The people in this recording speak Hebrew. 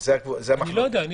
אני לא יודע.